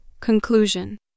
Conclusion